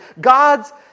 God's